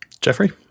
Jeffrey